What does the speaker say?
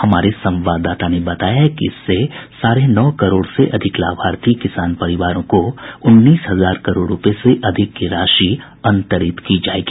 हमारे संवाददाता ने बताया कि इससे साढ़े नौ करोड़ से अधिक लाभार्थी किसान परिवारों को उन्नीस हजार करोड़ रूपये से अधिक की राशि अंतरित की जाएगी